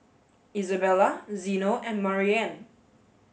Isabella Zeno and Marianne